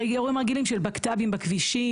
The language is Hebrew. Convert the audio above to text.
של בקת"בים בכבישים,